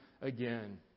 again